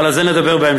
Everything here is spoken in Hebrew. אבל על זה נדבר בהמשך.